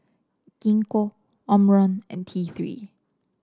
Gingko Omron and T Three